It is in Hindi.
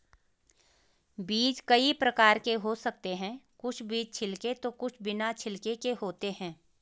बीज कई प्रकार के हो सकते हैं कुछ बीज छिलके तो कुछ बिना छिलके के होते हैं